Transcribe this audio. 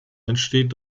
entsteht